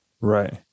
Right